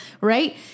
right